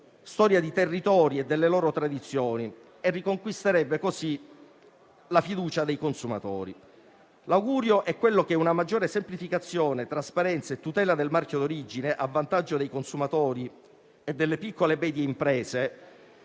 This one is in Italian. nonché di territori e delle loro tradizioni e che riconquisterebbe così la fiducia dei consumatori. L'augurio è che una maggiore semplificazione, trasparenza e tutela del marchio d'origine a vantaggio dei consumatori e delle piccole e medie imprese,